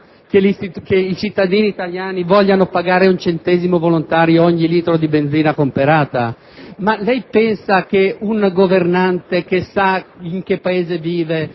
che i cittadini italiani vogliano pagare un centesimo volontario per ogni litro di benzina comprata? Lei pensa che un governante che sa in che Paese vive